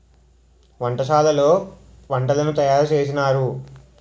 వంటశాలలో వంటలను తయారు చేసినారు